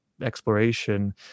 exploration